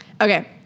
Okay